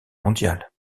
mondiale